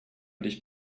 dich